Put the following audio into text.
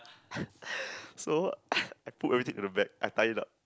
so I poop everything into the bag I tied it up